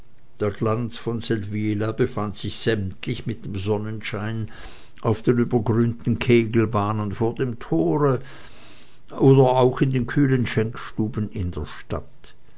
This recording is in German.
der glanz von seldwyla befand sich sämtlich mit dem sonnenschein auf den übergrünten kegelbahnen vor dem tore oder auch in kühlen schenkstuben in der stadt